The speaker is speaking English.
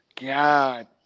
God